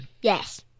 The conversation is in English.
Yes